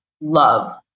love